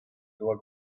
doa